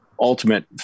ultimate